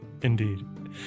Indeed